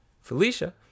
felicia